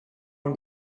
own